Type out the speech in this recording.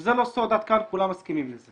זה לא סוד עד כאן, כולם מסכימים לזה.